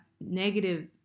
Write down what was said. negative